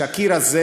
שהקיר הזה